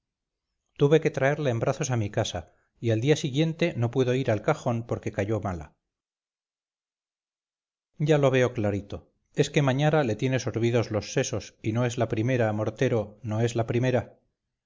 tuve que traerla en brazos a mi casa y al día siguiente no pudo ir al cajón porque cayó mala ya lo veo clarito es que mañara le tienesorbidos los sesos y no es la primera mortero no es la primera